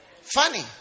Funny